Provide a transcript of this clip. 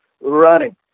running